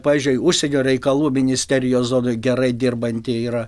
pavyzdžiui užsienio reikalų ministerijos zona gerai dirbanti yra